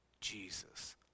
Jesus